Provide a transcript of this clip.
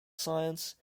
science